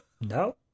No